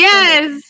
Yes